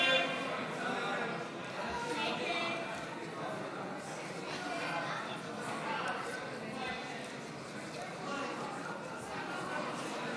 הצעת סיעת הרשימה המשותפת להביע אי-אמון בממשלה לא נתקבלה.